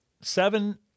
seven